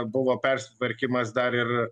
buvo persitvarkymas dar ir